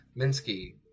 Minsky